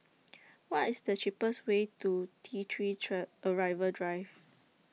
What IS The cheapest Way to T three Arrival Drive